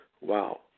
Wow